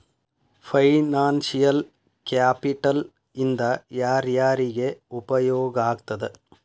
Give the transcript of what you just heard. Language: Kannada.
ಫೈನಾನ್ಸಿಯಲ್ ಕ್ಯಾಪಿಟಲ್ ಇಂದಾ ಯಾರ್ಯಾರಿಗೆ ಉಪಯೊಗಾಗ್ತದ?